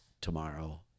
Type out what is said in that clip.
tomorrow